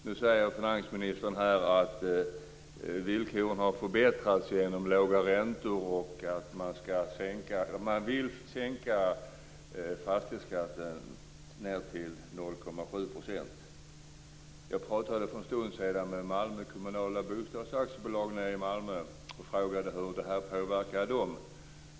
Nu säger finansministern att villkoren har förbättrats genom låga räntor, att man vill sänka fastighetsskatten ned till 0,7 %. Jag talade för en stund sedan med en representant för Malmö kommunala bostadsaktiebolag och frågade hur detta påverkar dem.